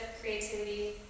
creativity